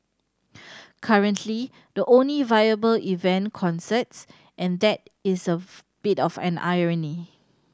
currently the only viable event concerts and that is a bit of an irony